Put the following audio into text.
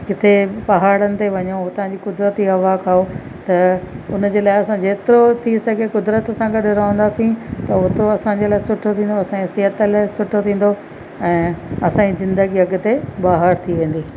किथे पहाड़नि ते वञो हुतां जी कुदरती हवा खाओ त उन जे लाइ असां जेतिरो थी सघे कुदरत सां गॾु रहंदासी त होतिरो असांजे लाइ सुठो थींदो असांजे सिहत लाइ सुठो थींदो ऐं असाजी ज़िंदगी अॻिते बहार थी वेंदी